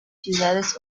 ciudades